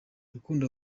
rukundo